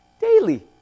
Daily